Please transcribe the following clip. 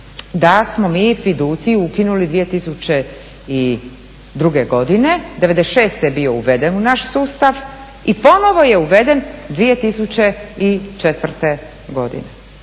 da smo mi … ukinuli 2002. godine, '96. je bio uveden u naš sustav i ponovo je uveden 2004. godine.